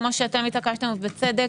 כפי שאתם התעקשתם ובצדק,